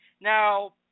Now